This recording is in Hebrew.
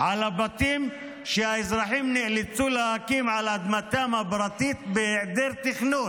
לבתים שהאזרחים נאלצו להקים על אדמתם הפרטית בהיעדר תכנון.